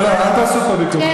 לא, אל תעשו פה ויכוחים.